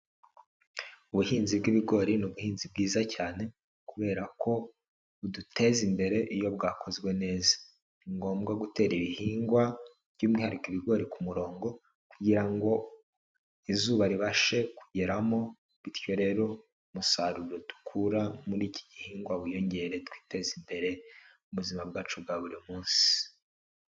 Ubuhinzi bw'ibigori ni ubuhinzi bwiza cyane kubera ko buduteza imbere iyo bwakozwe neza, ni ngombwa gutera ibihingwa by'umwihariko ibigori ku murongo kugira ngo izuba ribashe kugeramo bityo rero umusaruro dukura muri iki gihingwa wiyongere twiteze imbere mu buzima bwacu bwa buri munsi.